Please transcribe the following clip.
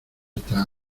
esta